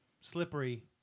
slippery